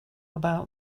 about